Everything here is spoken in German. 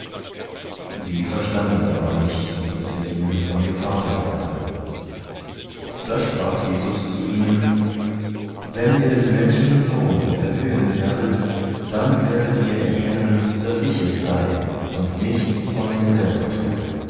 sie verstanden aber nicht daß er ihnen von dem vater sagte da sprach jesus zu ihnen wenn ihr des men schen sohn erhöhen werdet dann werdet ihr erkennen daß ich es sei und nichts von mir selber tue